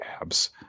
abs